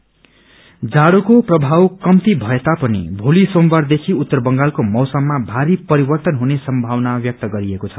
weather जाड़ोको प्रभाव कम्ती भए तापनि सोमबारदेखि उत्तर बंगालको मैसममा भारी परिवर्तन हुने सम्भावना व्यक्त गरिएको छ